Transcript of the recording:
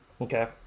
Okay